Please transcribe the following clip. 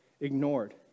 ignored